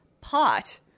Pot